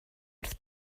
wrth